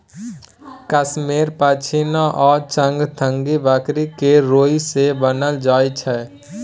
कश्मेरे पश्मिना आ चंगथंगी बकरी केर रोइयाँ सँ बनाएल जाइ छै